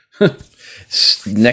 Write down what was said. next